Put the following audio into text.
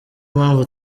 mpamvu